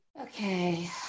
Okay